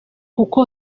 kuko